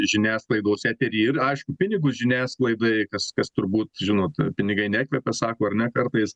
žiniasklaidos eterį ir aišku pinigus žiniasklaidai kas kas turbūt žinot pinigai nekvepia sako ar ne kartais